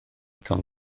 tom